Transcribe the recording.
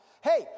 Hey